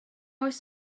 oes